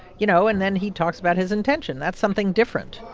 you know? and then he talks about his intention. that's something different.